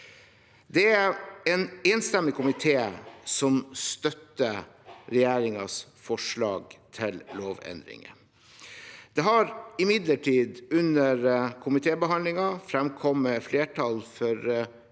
Det er en enstemmig komité som støtter regjeringens forslag til lovendringer. Imidlertid har det under komitébehandlingen fremkommet flertall